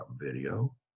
video